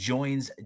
Joins